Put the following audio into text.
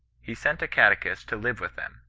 he sent a catechist to live with them,